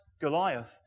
Goliath